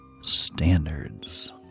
Standards